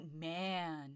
man